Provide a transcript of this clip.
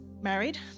married